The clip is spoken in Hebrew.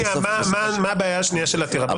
מה הבעיה השנייה של העתירה?